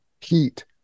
heat